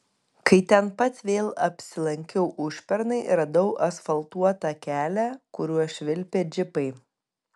kai ten pat vėl apsilankiau užpernai radau asfaltuotą kelią kuriuo švilpė džipai